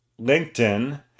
LinkedIn